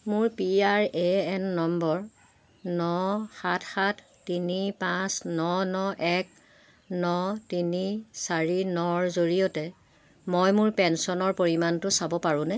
মোৰ P R A N number ন সাত সাত তিনি পাঁচ ন ন এক ন তিনি চাৰি নৰ জৰিয়তে মই মোৰ পেঞ্চনৰ পৰিমাণটো চাব পাৰোঁনে